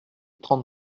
trente